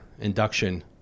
induction